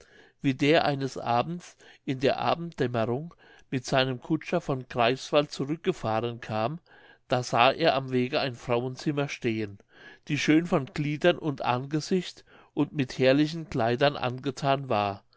wie der eines abends in der abenddämmerung mit seinem kutscher von greifswald zurückgefahren kam da sah er am wege ein frauenzimmer stehen die schön von gliedern und angesicht und mit herrlichen kleidern angethan war